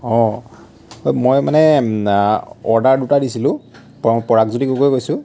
অঁ মই মানে অৰ্ডাৰ দুটা দিছিলোঁ পৰাগজ্যোতি গগৈয়ে কৈছোঁ